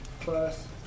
plus